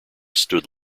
stood